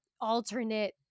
alternate